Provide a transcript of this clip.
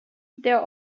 there